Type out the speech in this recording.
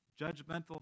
judgmental